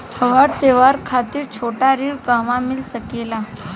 हमरा त्योहार खातिर छोटा ऋण कहवा मिल सकेला?